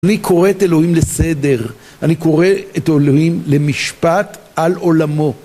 אני קורא את אלוהים לסדר, אני קורא את אלוהים למשפט על עולמו.